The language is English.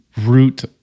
root